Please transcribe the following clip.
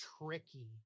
tricky